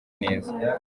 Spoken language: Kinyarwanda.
neza